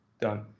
Done